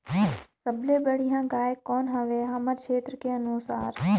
सबले बढ़िया गाय कौन हवे हमर क्षेत्र के अनुसार?